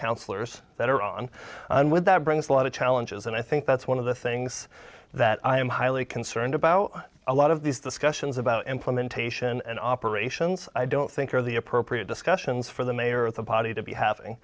councillors that are on with that brings a lot of challenges and i think that's one of the things that i am highly concerned about a lot of these discussions about implementation and operations i don't think are the appropriate discussions for the mayor of the body to be ha